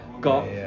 got